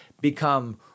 become